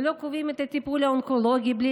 ולא קובעים את הטיפול האונקולוגי בלי